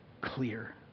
clear